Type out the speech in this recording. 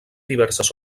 diverses